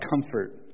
comfort